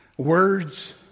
Words